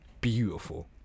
Beautiful